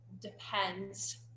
depends